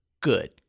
good